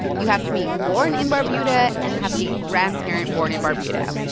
you have to be born in barbuda and have a grandparent born in barbuda,